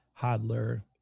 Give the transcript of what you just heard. Hodler